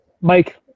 mike